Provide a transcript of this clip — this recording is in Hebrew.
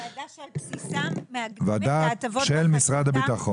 ועדה של משרד הביטחון.